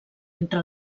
entre